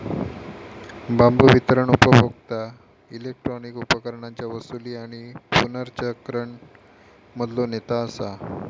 बांबू वितरण उपभोक्ता इलेक्ट्रॉनिक उपकरणांच्या वसूली आणि पुनर्चक्रण मधलो नेता असा